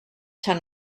ten